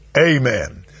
Amen